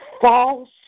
false